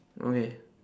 okay